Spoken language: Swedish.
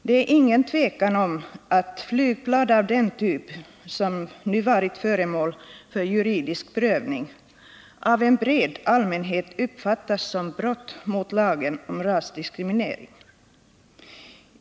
Det är inget tvivel om att flygblad av den typ, som nu varit föremål för juridisk prövning, av en bred allmänhet uppfattas som brott mot lagen om rasdiskriminering.